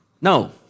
No